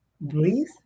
Breathe